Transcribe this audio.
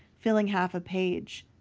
filling half a page.